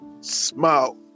smile